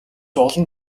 олон